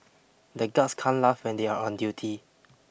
the guards can't laugh when they are on duty